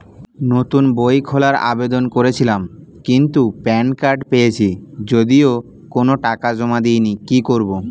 নতুন বই খোলার আবেদন করেছিলাম কিন্তু প্যান কার্ড পেয়েছি যদিও কোনো টাকা জমা দিইনি কি করব?